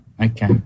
okay